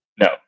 no